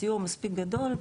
הסיוע מספיק גדול,